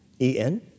E-N